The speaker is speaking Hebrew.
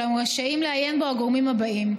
אולם רשאים לעיין בו הגורמים האלה: